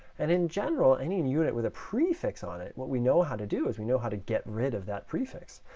and in general, any and unit with a prefix on it, what we know how to do is we know how to get rid of that prefix.